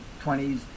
20s